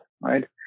right